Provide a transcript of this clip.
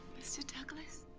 mr. douglass.